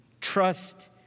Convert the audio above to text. Trust